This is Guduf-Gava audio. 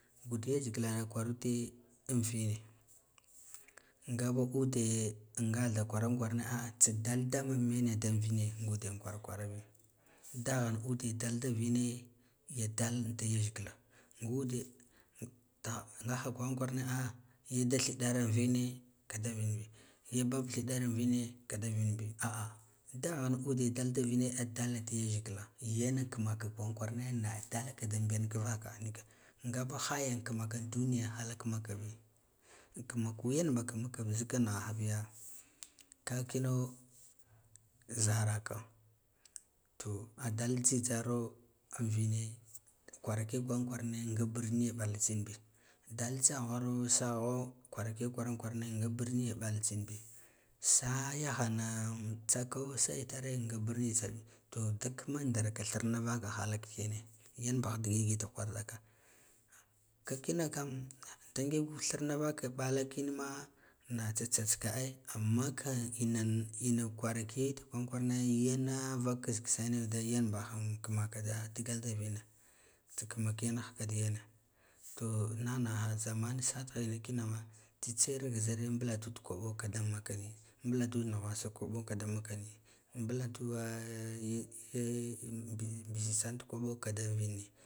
Gud yazgilana uwarude an vine ngaba ude an ngaɗa kwaran kwarane tsa dalma mena dan vine nguden kwarkwarabi da ghan ude dalda vine ya dalda yazgila ngude ngaha kwaran kwarane an ga da thidar vine kada vinbi ga bathidar vine kada vinbi ah daghan ude dalda vine adal da yzgila gan kimaka kwaran kwarane na dalla da mbiyan ka vaka ngaba haya kamaka danni ga halak makka kama yanba zikan nighda biya kakino zaraka to adal jhigharo an vire kwarake kwaran kwarane nga birni ɓal tsinbi dal tsaghwaro kwaran kwarane uga barni ɓal tsinbi yahanan tsako sa itare nga birni sarbo, to kama ndur ka vine kwarake kwaran kwarane nga birni ɓal tsinbi dal tsaghwaro kwaran kwura ne uga barni ɓal tsinbi yahanana tsako sa itare nga birni sarbi to kama ndur ka vnha vaka halak yanbi, yanbah digigid kwardaka kakina kam da ngig thirna vava mɓala tsinma na tsa tsatsska ai amma kan ina ina kwara ke ud kwaran kwarane yene vak kiss kisse yan bahan kimaka digal da vine tsa kigna kigan ha ka digena to nigha nighaha zaman sa tihina kinama tsitsa era ki zirn mɓudu koɓa kida makkani mɓuladu nughwasa koɓo kada makkani mbuladuwa bisis sano kada to kada vunni.